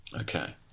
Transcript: Okay